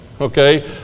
okay